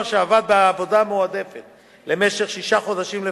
שעבד בעבודה מועדפת במשך שישה חודשים לפחות,